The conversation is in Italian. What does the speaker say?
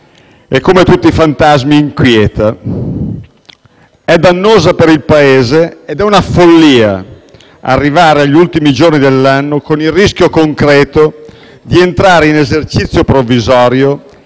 e come tutti i fantasmi inquieta. È dannosa per il Paese ed è una follia arrivare agli ultimi giorni dell'anno con il rischio concreto di entrare in esercizio provvisorio